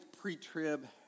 pre-trib